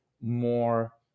more